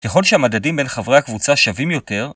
ככל שהמדדים בין חברי הקבוצה שווים יותר,